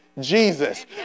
Jesus